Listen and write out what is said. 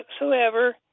whatsoever